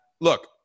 look